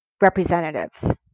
representatives